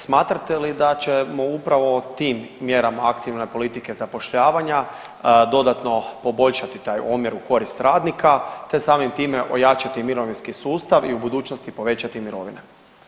Smatrate li da ćemo upravo tim mjerama aktivne politike zapošljavanja dodatno poboljšati taj omjer u korist radnika, te samim time ojačati mirovinski sustav i u budućnosti povećati mirovine.